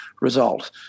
result